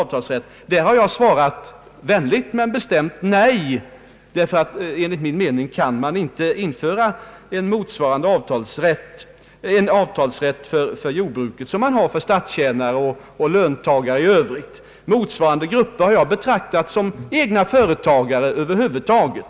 På den frågan har jag svarat ett vänligt men bestämt nej, därför att man enligt min mening inte kan införa en avtalsrätt för jordbruket liknande den man har för statstjänare och löntagare 1 övrigt. »Motsvarande grupper» har jag ansett vara egna företagare Över huvud taget.